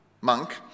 monk